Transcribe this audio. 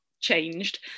changed